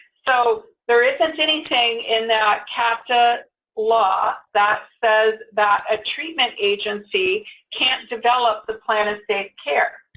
so there isn't anything in that capta law that says that a treatment agency can't develop the plan of safe care.